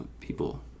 people